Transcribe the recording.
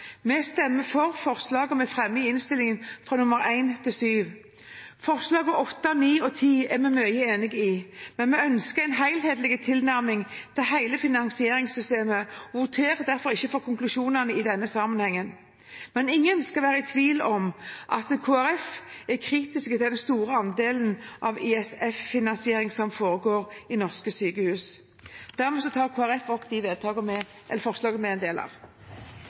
Vi stemmer for forslagene vi fremmer i innstillingen, nr. 1–7. Forslagene 8, 9 og 10 er vi mye enig i, men vi ønsker en helhetlig tilnærming til hele finansieringssystemet og voterer derfor ikke for konklusjonene i denne sammenhengen. Men ingen skal være i tvil om at Kristelig Folkeparti er kritisk til den store andelen av ISF-finansiering som foregår i norske sykehus. Dermed tar jeg opp de forslagene Kristelig Folkeparti er en del av.